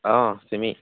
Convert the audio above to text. অঁ চিমি